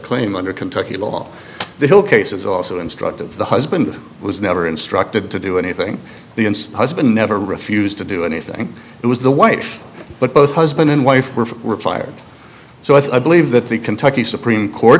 claim under kentucky law the whole case is also instructed the husband was never instructed to do anything the ins husband never refused to do anything it was the wife but both husband and wife were were fired so i thought i believe that the kentucky supreme court